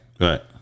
Right